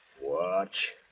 Watch